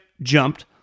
jumped